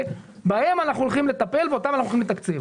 אתם הולכים לטפל ואותם אתם הולכים לתקצב.